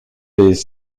des